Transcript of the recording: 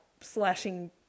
Slashing